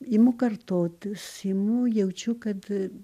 imu kartotis imu jaučiu kad